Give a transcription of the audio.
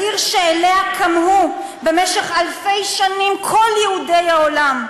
העיר שאליה כמהו במשך אלפי שנים כל יהודי העולם,